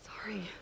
Sorry